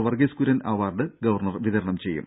Varghese Kurien award governor വിതരണം ചെയ്യും